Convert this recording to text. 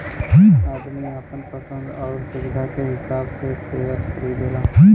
आदमी आपन पसन्द आउर सुविधा के हिसाब से सेअर खरीदला